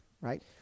right